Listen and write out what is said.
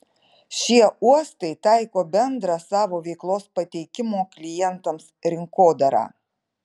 šie uostai taiko bendrą savo veiklos pateikimo klientams rinkodarą